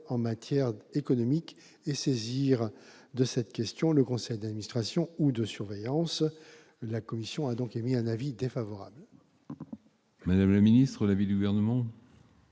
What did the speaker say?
en matière économique et saisir de cette question le conseil d'administration ou de surveillance. La commission a donc émis un avis défavorable sur cet amendement. Quel est l'avis du Gouvernement